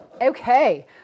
Okay